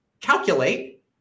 calculate